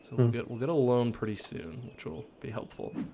so we'll get we'll get a loan pretty soon which will be helpful